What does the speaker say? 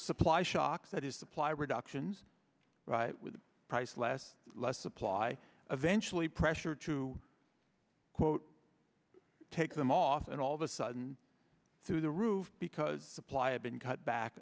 supply shocks that is supply reductions with price last less supply eventual the pressure to quote take them off and all of a sudden through the roof because supply a been cut back